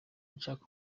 nshaka